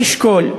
תשקול,